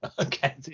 Okay